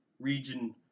region